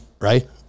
right